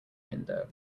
window